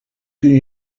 kun